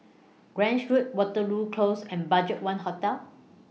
Grange Road Waterloo Close and BudgetOne Hotel